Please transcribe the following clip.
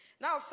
Now